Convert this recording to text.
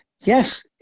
yes